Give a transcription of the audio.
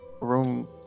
room